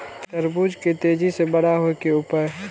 तरबूज के तेजी से बड़ा होय के उपाय?